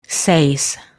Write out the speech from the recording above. seis